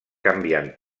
canviant